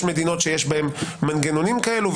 יש מדינות שיש בהן מנגנונים כאלו.